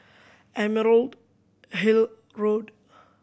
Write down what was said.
Emerald Hill Road